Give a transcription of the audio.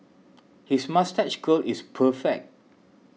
his moustache curl is perfect